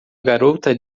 garota